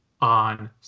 on